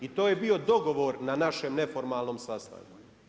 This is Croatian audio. I to je bio dogovor na našem neformalnom sastanku.